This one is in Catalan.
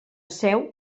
seu